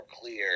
clear